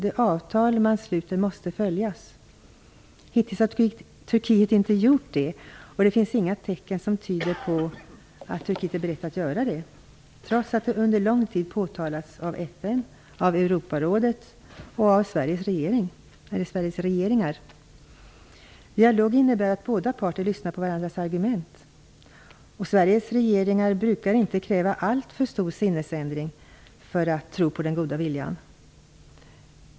De avtal man sluter måste följas. Hittills har Turkiet inte gjort det. Och det finns inga tecken som tyder på att Turkiet är berett att göra det, trots att det under lång tid påtalats av FN, Europarådet och Sveriges regeringar. Dialog innebär att båda parter lyssnar på varandras argument. Sveriges regeringar brukar inte kräva alltför stor sinnesändring för att tro på den goda viljan.